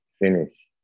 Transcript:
finish